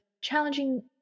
challenging